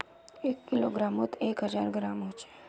एक किलोग्रमोत एक हजार ग्राम होचे